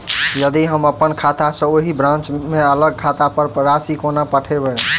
यदि हम अप्पन खाता सँ ओही ब्रांच केँ अलग खाता पर राशि कोना पठेबै?